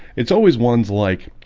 it's always ones like